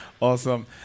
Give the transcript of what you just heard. Awesome